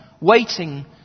waiting